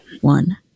One